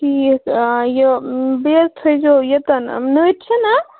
ٹھیٖک یہِ بیٚیہِ حظ تھٲیزیو ییٚتَن نٔرۍ چھِنَہ